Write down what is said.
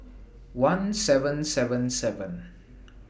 one seven seven seven